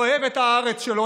אוהב את הארץ שלו,